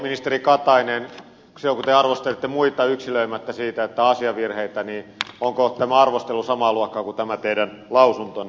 ministeri katainen kun te arvostelette muita yksilöimättä siitä että on asiavirheitä niin onko tämä arvostelu samaa luokkaa kuin tämä teidän lausuntonne